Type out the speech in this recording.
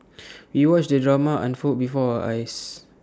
we watched the drama unfold before our eyes